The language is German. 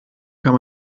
kann